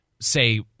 say